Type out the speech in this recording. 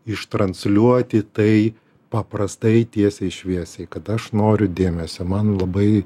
ištransliuoti tai paprastai tiesiai šviesiai kad aš noriu dėmesio man labai